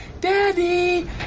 Daddy